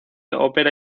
ópera